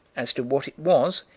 as to what it was,